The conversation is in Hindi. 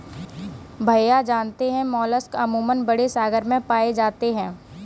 भैया जानते हैं मोलस्क अमूमन बड़े सागर में पाए जाते हैं